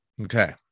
Okay